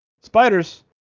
spiders